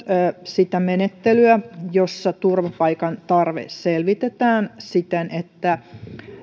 sitä menettelyä jossa turvapaikan tarve selvitetään siten että